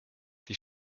die